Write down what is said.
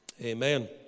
Amen